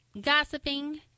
gossiping